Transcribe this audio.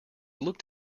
looked